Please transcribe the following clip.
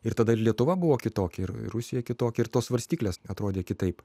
ir tada ir lietuva buvo kitokia ir rusija kitokia ir tos svarstyklės atrodė kitaip